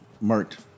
marked